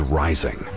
rising